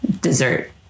dessert